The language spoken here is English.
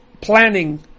planning